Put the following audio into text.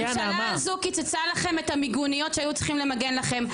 הממשלה הזו קיצצה לכם את המיגוניות שהיו צריכים למגן לכם.